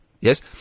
Yes